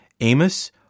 Amos